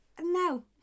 no